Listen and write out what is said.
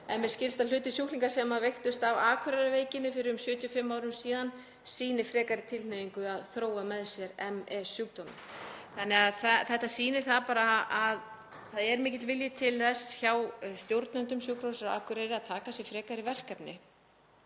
en mér skilst að hluti sjúklinga sem veiktust af Akureyrarveikinni fyrir um fyrir 75 árum síðan sýni frekari tilhneigingu til að þróa með sér ME-sjúkdóminn. Þetta sýnir það bara að það er mikill vilji til þess hjá stjórnendum Sjúkrahússins á Akureyri að taka að sér frekari verkefni.